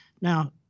Now